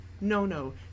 no-no